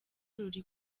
ruri